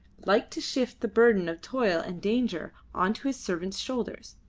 liked to shift the burden of toil and danger on to his servants' shoulders,